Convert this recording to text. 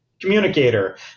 communicator